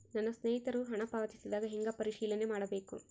ನನ್ನ ಸ್ನೇಹಿತರು ಹಣ ಪಾವತಿಸಿದಾಗ ಹೆಂಗ ಪರಿಶೇಲನೆ ಮಾಡಬೇಕು?